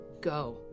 go